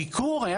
הביקור היה